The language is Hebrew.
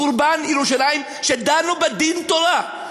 חורבן ירושלים, שדנו בה דין תורה.